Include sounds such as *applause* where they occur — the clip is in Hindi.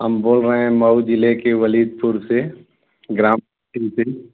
हम बोल रहे हैं मऊ ज़िले के वलीदपुर से ग्राम *unintelligible*